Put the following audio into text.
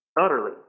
utterly